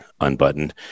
unbuttoned